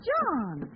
John